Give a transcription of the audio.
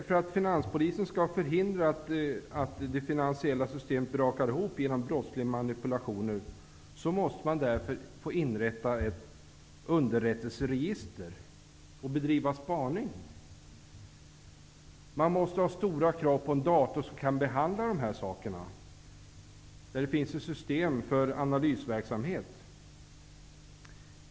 För att finanspolisen skall kunna förhindra att det finansiella systemet brakar ihop genom brottsliga manipulationer så måste man få inrätta ett underrättelseregister och bedriva spaning. Man måste ställa stora krav på en dator som kan behandla dessa uppgifter, och det måste finnas ett system för analysverksamhet.